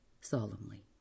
solemnly